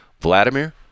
Vladimir